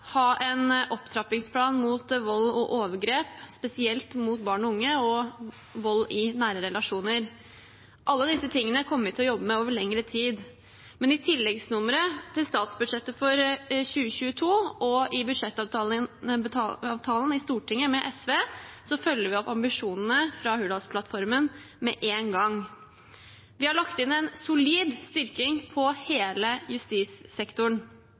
ha en opptrappingsplan mot vold og overgrep, spesielt mot barn og unge, og vold i nære relasjoner. Alle disse tingene kommer vi til å jobbe med over lengre tid. Men i tilleggsnummeret til statsbudsjettet for 2022 og i budsjettavtalen med SV i Stortinget følger vi opp ambisjonene i Hurdalsplattformen med en gang. Vi har lagt inn en solid styrking på hele justissektoren.